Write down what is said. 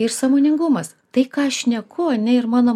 ir sąmoningumas tai ką šneku ane ir mano